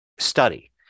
study